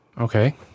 Okay